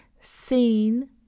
SEEN